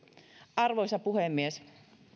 arvoisa puhemies